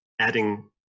Adding